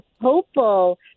hopeful